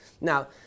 now